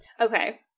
Okay